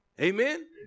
Amen